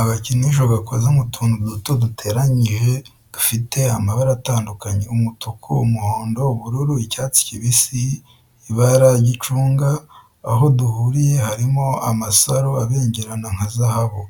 Agakinisho gakoze mu tuntu duto duteranyije dufite amabara atandukanye umutuku, umuhondo, ubururu, icyatsi kibisi, ibarara ry'icunga. Aho duhuriye harimo amasaro abengerana nka zahabu,